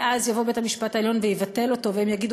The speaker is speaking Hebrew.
ואז יבוא בית-המשפט העליון ויבטל אותו והם יגידו,